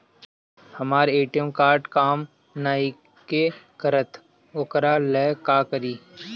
हमर ATM card काम नईखे करत वोकरा ला का करी?